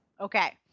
Okay